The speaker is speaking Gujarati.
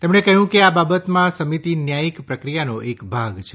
તેમણે કહ્યું કે આ બાબતમાં સમીતિ ન્યાયિક પ્રક્રિયાનો એક ભાગ છે